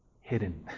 hidden